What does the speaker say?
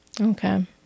Okay